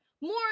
More